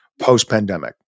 post-pandemic